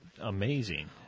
amazing